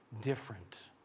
different